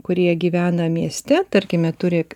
kurie gyvena mieste tarkime turi